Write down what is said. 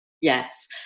yes